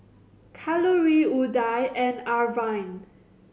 Kalluri Udai and Arvind